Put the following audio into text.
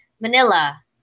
Manila